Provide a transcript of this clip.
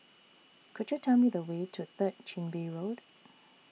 Could YOU Tell Me The Way to Third Chin Bee Road